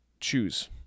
choose